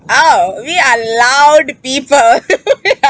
oh we are loud people we are